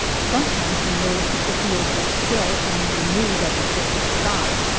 sometimes we noticed that the wheels were still, and we knew that the ship had stopped.